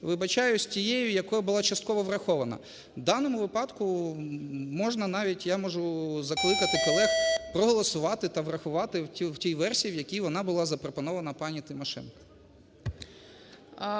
вибачаюсь, тією, яка була частково врахована. В даному випадку можна навіть, я можу закликати колег проголосувати та врахувати в тій версії, в якій вона була запропонована пані Тимошенко.